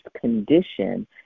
condition